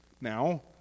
Now